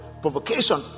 provocation